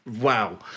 wow